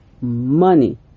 money